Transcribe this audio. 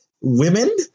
women